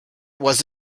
was